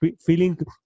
feeling